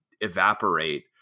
evaporate